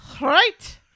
Right